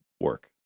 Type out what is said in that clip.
work